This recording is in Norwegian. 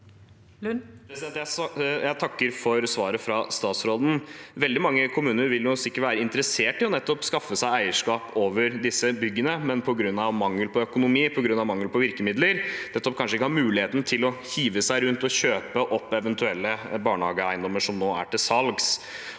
Jeg takker for svaret fra statsråden. Veldig mange kommuner vil sikkert være interessert i å skaffe seg eierskap over disse byggene, men på grunn av mangel på økonomi og virkemidler har de kanskje ikke muligheten til å hive seg rundt og kjøpe opp eventuelle barnehageeiendommer som nå er til salgs.